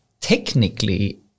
technically